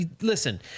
Listen